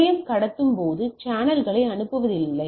நிலையம் கடத்தும் போது சேனல்களை அனுப்புவதில்லை